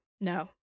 No